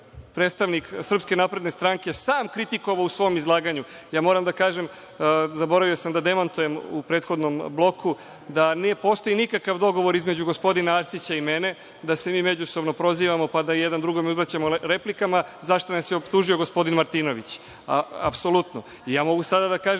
predstavnik SNS sam kritikovao u svom izlaganju. Ja moram da kažem zaboravio sam da demantujem u prethodnom bloku, da ne postoji nikakav dogovor između gospodina Arsića i mene, da se mi međusobno prozivamo, pa da jedan drugome uzvraćamo replikama, za šta nas je optužio gospodin Martinović, apsolutno. Ja mogu sada da kažem